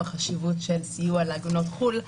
בחשיבות של סיוע לעגונות חו"ל,